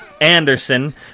Anderson